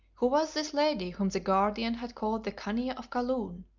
who was this lady whom the guardian had called the khania of kaloon?